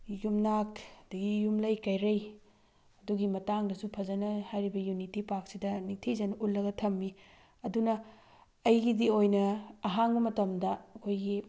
ꯌꯨꯝꯅꯥꯛ ꯑꯗꯒꯤ ꯌꯨꯝꯂꯩ ꯀꯩꯔꯩ ꯑꯗꯨꯒꯤ ꯃꯇꯥꯡꯗꯁꯨ ꯐꯖꯅ ꯍꯥꯏꯔꯤꯕ ꯌꯨꯅꯤꯇꯤ ꯄꯥꯔꯛꯁꯤꯗ ꯅꯤꯡꯊꯤꯖꯅ ꯎꯠꯂꯒ ꯊꯝꯃꯤ ꯑꯗꯨꯅ ꯑꯩꯒꯤꯗꯤ ꯑꯣꯏꯅ ꯑꯍꯥꯡꯕ ꯃꯇꯝꯗ ꯑꯩꯈꯣꯏꯒꯤ